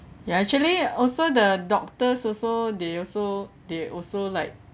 ya actually also the doctors also they also they also like